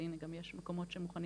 ואם גם יש מקומות שמוכנים